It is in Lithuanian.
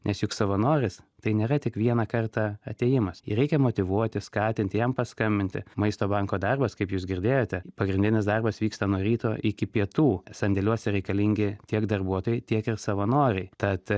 nes juk savanoris tai nėra tik vieną kartą atėjimas jį reikia motyvuoti skatinti jam paskambinti maisto banko darbas kaip jūs girdėjote pagrindinis darbas vyksta nuo ryto iki pietų sandėliuose reikalingi tiek darbuotojai tiek ir savanoriai tad